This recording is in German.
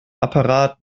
apparat